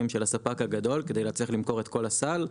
של הספק הגדול כדי להצליח למכור את כל הסל,